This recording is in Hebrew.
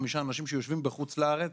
חמישה אנשים שיושבים בחוץ לארץ